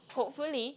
hopefully